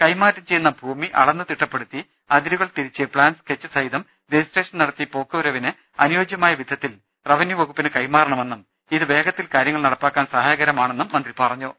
കൈമാറ്റം ചെയ്യുന്ന ഭൂമി അളന്ന് തിട്ടപ്പെടുത്തി അതിരുകൾ തി രിച്ച് പ്ലാൻ സ്കെച്ച് സഹിതം റജിസ്ട്രേഷൻ നടത്തി പോക്കുവരവിന് അനു യോജ്യമായ വിധത്തിൽ റവന്യൂവകുപ്പിന് കൈമാറണമെന്നും ഇത് വേഗ ത്തിൽ കാര്യങ്ങൾ നടപ്പാക്കാൻ സഹായകരമാകുമെന്നും മന്ത്രി പറഞ്ഞു